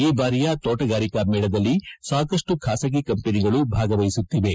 ಈ ಬಾರಿಯ ತೋಟಗಾರಿಕಾ ಮೇಳದಲ್ಲಿ ಸಾಕಷ್ಟು ಖಾಸಗಿ ಕಂಪನಿಗಳು ಭಾಗವಹಿಸುತ್ತಿವೆ